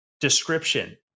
description